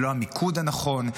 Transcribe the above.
זה לא המיקוד הנכון.